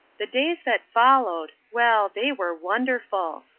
the days that followed well, they were wonderful.